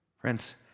Friends